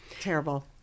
Terrible